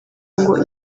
ngo